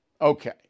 Okay